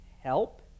help